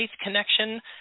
connection